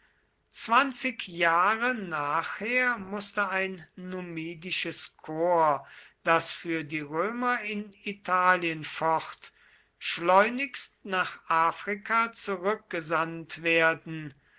zwanzig jahre nachher mußte ein numidisches korps das für die römer in italien focht schleunigst nach afrika zurückgesandt werden